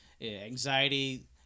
anxiety